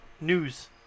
News